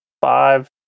five